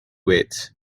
weights